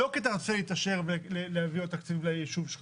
לא כי אתה רוצה להתעשר ולהביא עוד תקציבים ליישוב שלך.